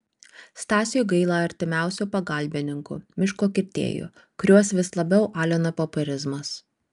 stasiui gaila artimiausių pagalbininkų miško kirtėjų kuriuos vis labiau alina popierizmas